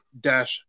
dash